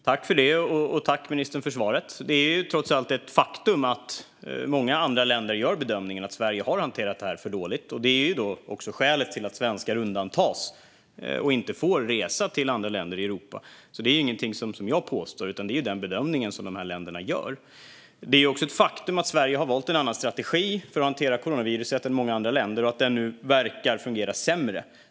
Fru talman! Tack, ministern, för svaret! Det är trots allt ett faktum att många andra länder gör bedömningen att Sverige har hanterat detta för dåligt. Det är också skälet till att svenskar undantas och inte får resa till andra länder i Europa. Det är ingenting som jag påstår, utan det är den bedömning som de här länderna gör. Det är också ett faktum att Sverige har valt en annan strategi för att hantera coronaviruset än många andra länder och att den nu verkar fungera sämre.